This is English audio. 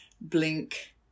blink